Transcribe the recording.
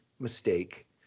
mistake